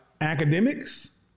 academics